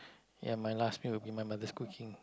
ya my last meal will be my mother's cooking